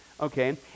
okay